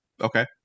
Okay